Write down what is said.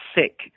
sick